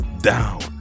down